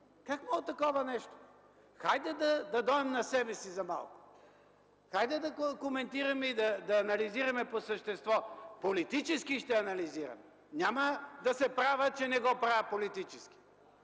Как може такова нещо? Хайде да дойдем на себе си за малко! Хайде да коментираме и да анализираме по същество – политически ще анализираме! Няма да се правя, че не го правя политически!